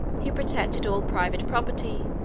he protected all private property.